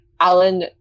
Alan